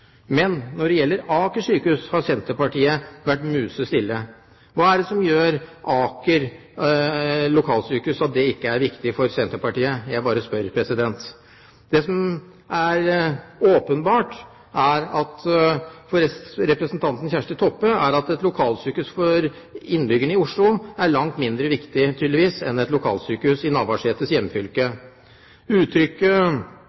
gjelder Aker sykehus, har Senterpartiet vært musestille. Hva er det som gjør at Aker lokalsykehus ikke er viktig for Senterpartiet? Jeg bare spør. Det som er åpenbart, er at for representanten Kjersti Toppe er et lokalsykehus for innbyggerne i Oslo langt mindre viktig – tydeligvis – enn et lokalsykehus i Navarsetes